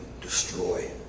destroy